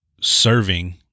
serving